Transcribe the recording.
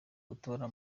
gutora